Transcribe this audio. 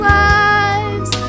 lives